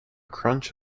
crunch